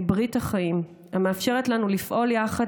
היא ברית החיים המאפשרת לנו לפעול יחד